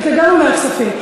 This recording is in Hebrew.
אתה גם אומר כספים.